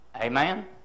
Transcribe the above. Amen